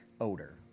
odor